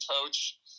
coach